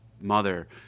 mother